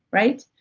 right?